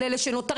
על אלה שנותרים,